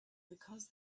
because